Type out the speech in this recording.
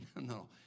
No